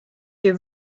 your